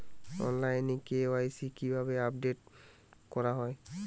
অনলাইনে কে.ওয়াই.সি কিভাবে আপডেট করা হয়?